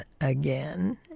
again